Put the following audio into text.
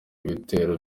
ibitero